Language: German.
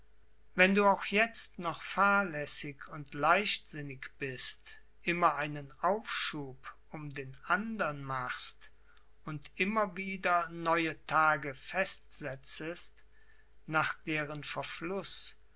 wenn du auch jetzt noch fahrläßig und leichtsinnig bist immer einen aufschub um den andern machst und immer wieder neue tage festsetzest nach deren verfluß